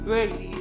Radio